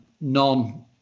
non-